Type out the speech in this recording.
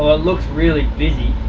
it looks really busy.